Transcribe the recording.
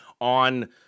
on